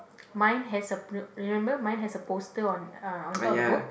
mine has a remember mine has a poster on uh on top of the book